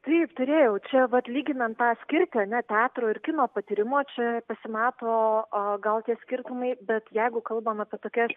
taip turėjau čia vat lyginant tą skirtį ar ne teatro ir kino patyrimo čia pasimato o gal tie skirtumai bet jeigu kalbam apie tokias